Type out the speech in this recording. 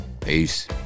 Peace